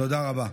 תודה רבה.